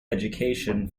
education